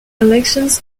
elections